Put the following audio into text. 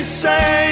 say